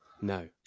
No